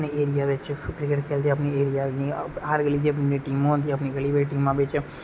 अपने एरिया बिच क्रिकेट खेलदे अपने एरिया जियां हर गली दी अपनी इक टीम होंदी अपनी अपनी गली दियां टीमां